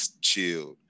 chilled